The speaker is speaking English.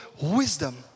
wisdom